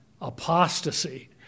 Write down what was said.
apostasy